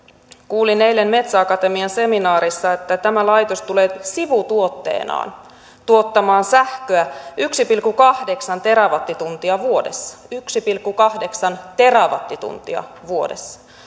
kuulin eilen metsäakatemian seminaarissa että tämä laitos tulee sivutuotteenaan tuottamaan sähköä yksi pilkku kahdeksan terawattituntia vuodessa yksi pilkku kahdeksan terawattituntia vuodessa